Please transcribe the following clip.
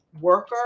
worker